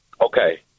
Okay